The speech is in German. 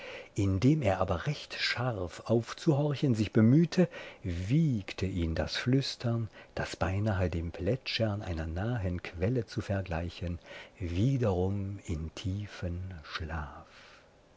indem er aber recht scharf aufzuhorchen sich bemühte wiegte ihn das flüstern das beinahe dem plätschern einer nahen quelle zu vergleichen wiederum in tiefen schlaf